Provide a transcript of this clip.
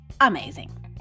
amazing